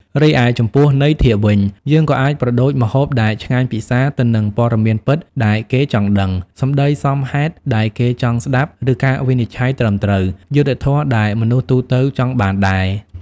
រីឯចំពោះន័យធៀបវិញ យើងក៏អាចប្រដូចម្ហូបដែលឆ្ងាញ់ពិសាទៅនឹង ព័ត៌មានពិតដែលគេចង់ដឹង សម្ដីសមហេតុដែលគេចង់ស្ដាប់ ឬការវិនិច្ឆ័យត្រឹមត្រូវ យុត្តិធម៌ដែលមនុស្សទូទៅចង់បានដែរ។